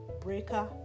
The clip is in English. Breaker